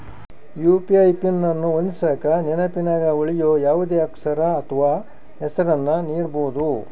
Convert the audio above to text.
UPI PIN ಅನ್ನು ಹೊಂದಿಸಕ ನೆನಪಿನಗ ಉಳಿಯೋ ಯಾವುದೇ ಅಕ್ಷರ ಅಥ್ವ ಹೆಸರನ್ನ ನೀಡಬೋದು